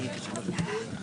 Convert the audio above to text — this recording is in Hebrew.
10:46.